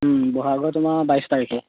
ব'হাগৰ তোমাৰ বাইছ তাৰিখে